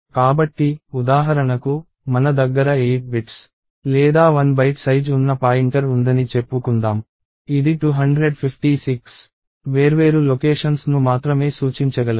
కాబట్టి ఉదాహరణకు మన దగ్గర 8 బిట్స్ లేదా 1 బైట్ సైజ్ ఉన్న పాయింటర్ ఉందని చెప్పుకుందాం ఇది 256 వేర్వేరు లొకేషన్స్ ను మాత్రమే సూచించగలదు